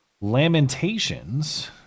lamentations